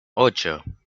ocho